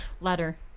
letter